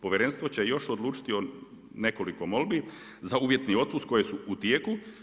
Povjerenstvo će još odlučiti o nekoliko molbi za uvjetni otpust koje su u tijeku.